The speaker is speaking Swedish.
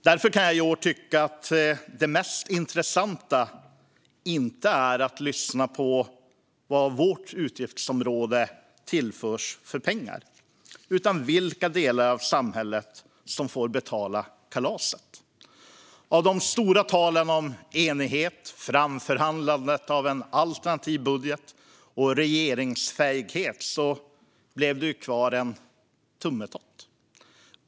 Därför kan jag i år tycka att det mest intressanta inte är vad vårt utgiftsområde tillförs för pengar utan vilka delar av samhället som får betala kalaset. Av de stora talen om enighet och regeringsfähighet och framförhandlandet av en alternativ budget blev det kvar en tummetott.